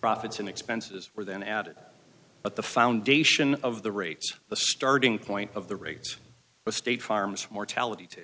profits and expenses were then added but the foundation of the rates the starting point of the rates of state farm's mortality to